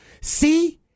see